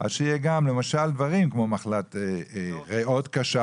אז שיהיה גם דברים כמו מחלת ריאות קשה,